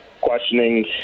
questioning